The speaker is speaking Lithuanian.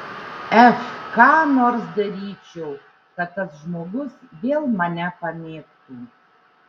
f ką nors daryčiau kad tas žmogus vėl mane pamėgtų